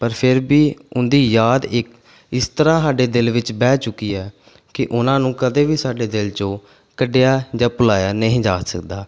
ਪਰ ਫਿਰ ਵੀ ਉਹਨਾਂ ਦੀ ਯਾਦ ਇੱਕ ਇਸ ਤਰ੍ਹਾਂ ਸਾਡੇ ਦਿਲ ਵਿੱਚ ਬਹਿ ਚੁੱਕੀ ਹੈ ਕਿ ਉਹਨਾਂ ਨੂੰ ਕਦੇ ਵੀ ਸਾਡੇ ਦਿਲ 'ਚੋਂ ਕੱਢਿਆ ਜਾਂ ਭੁਲਾਇਆ ਨਹੀਂ ਜਾ ਸਕਦਾ